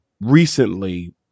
recently